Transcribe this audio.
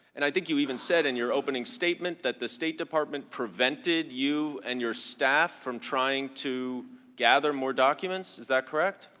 and i think you said in your opening statement that the state department prevented you and your staff from trying to gather more documents, is that correct?